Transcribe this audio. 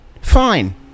Fine